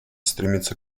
стремиться